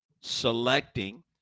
selecting